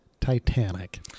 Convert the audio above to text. Titanic